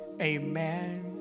Amen